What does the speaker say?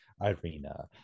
Irina